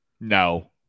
No